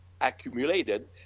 accumulated